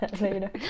later